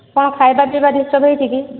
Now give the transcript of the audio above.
କ'ଣ ଖାଇବା ପିଇବା ଡିସ୍ଟର୍ବ୍ ହୋଇଛି କି